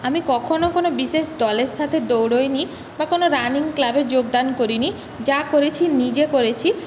আমি কখনও কোনো বিশেষ দলের সাথে দৌড়ইনি বা কোনো রানিং ক্লাবে যোগদান করিনি যা করেছি নিজে করেছি